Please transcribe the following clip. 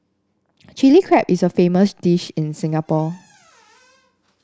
Chilli Crab is a famous dish in Singapore